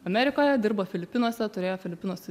amerikoje dirbo filipinuose turėjo filipinuose